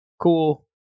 cool